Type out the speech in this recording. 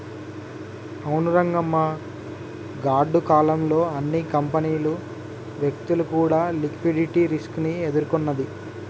అవును రంగమ్మ గాడ్డు కాలం లో అన్ని కంపెనీలు వ్యక్తులు కూడా లిక్విడిటీ రిస్క్ ని ఎదుర్కొన్నది